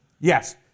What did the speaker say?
Yes